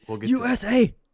USA